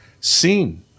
seen